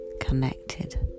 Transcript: connected